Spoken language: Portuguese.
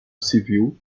civil